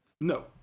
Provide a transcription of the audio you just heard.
No